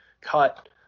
cut